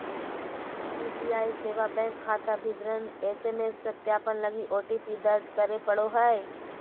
UPI सेवा bank खाता विवरण एस.एम.एस सत्यापन लगी ओ.टी.पी दर्ज करे पड़ो हइ